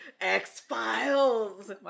X-Files